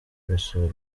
gusura